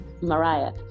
Mariah